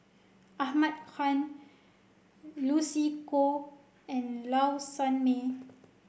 Ahmad Khan Lucy Koh and Low Sanmay